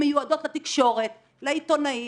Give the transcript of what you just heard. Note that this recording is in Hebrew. הן מיועדות לתקשורת, לעיתונאים,